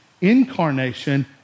incarnation